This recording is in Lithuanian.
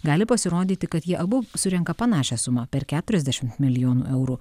gali pasirodyti kad jie abu surenka panašią sumą per keturiasdešimt milijonų eurų